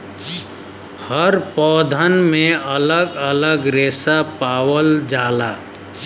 हर पौधन में अलग अलग रेसा पावल जाला